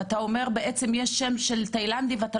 ואתה אומר שיש בעצם שם של תאילנדי ואתה